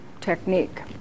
technique